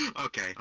okay